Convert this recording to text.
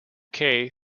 kay